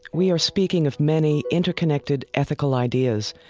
we are speaking of many interconnected ethical ideas,